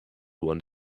want